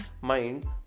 mind